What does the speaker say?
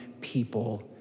people